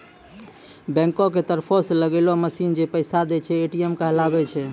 बैंको के तरफो से लगैलो मशीन जै पैसा दै छै, ए.टी.एम कहाबै छै